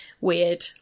weird